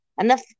enough